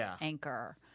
anchor